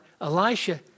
Elisha